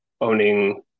owning